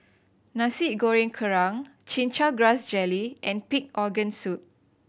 Nasi Goreng Kerang Chin Chow Grass Jelly and pig organ soup